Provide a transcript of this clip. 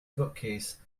bookcase